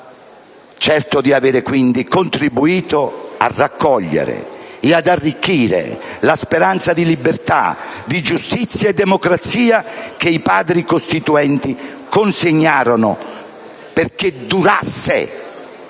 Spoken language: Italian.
fruttificare), avrò contribuito a raccogliere e ad arricchire la speranza di libertà, giustizia e democrazia che i Padri costituenti consegnarono, perché durasse,